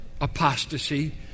apostasy